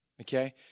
Okay